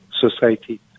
society